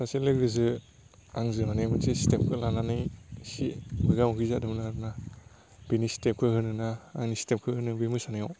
सासे लोगोजो आंजों माने मोनसे स्टेपखौ लानानै इसि मोगा मोगि जादोंमोन आरो ना बिनि स्टेपखौ होनो ना आंनि स्टेपखौ होनो बे मोसानायाव